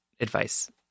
advice